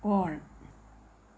on